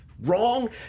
wrong